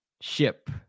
Ship